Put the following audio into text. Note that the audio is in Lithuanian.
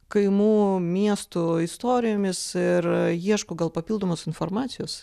kaimų miestų istorijomis ir ieško gal papildomos informacijos